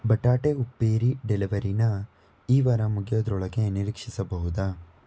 ಬಟಾಟೆ ಉಪ್ಪೇರಿ ಡೆಲಿವರಿನಾ ಈ ವಾರ ಮುಗಿಯೋದ್ರೊಳಗೆ ನಿರೀಕ್ಷಿಸಬಹುದಾ